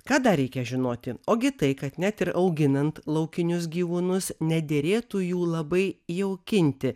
ką dar reikia žinoti ogi tai kad net ir auginant laukinius gyvūnus nederėtų jų labai jaukinti